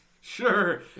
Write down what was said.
Sure